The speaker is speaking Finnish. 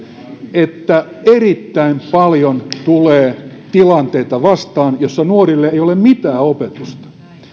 että erittäin paljon tulee tilanteita vastaan joissa nuorille ei ole mitään opetusta